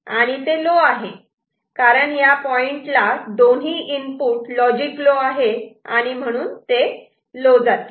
आणि ते लो आहे कारण या पॉइंटला दोन्ही इनपुट लॉजिक लो आहेत आणि म्हणून ते लो जाते